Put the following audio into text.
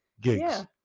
gigs